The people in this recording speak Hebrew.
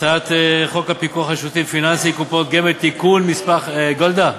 הצעת חוק הפיקוח על שירותים פיננסיים (קופות גמל) (תיקון מס' 15) גולדה,